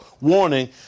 warning